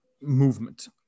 movement